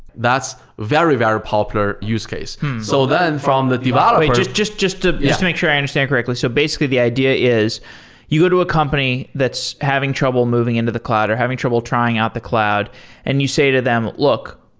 that's very, very popular use case. so then from the developer wait. just just ah to make sure i understand correctly. so basically, the idea is you go to a company that's having trouble moving into the cloud or having trouble trying out the cloud and you say to them, look,